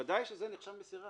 ודאי שזה נחשב מסירה,